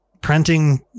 printing